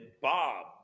Bob